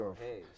hey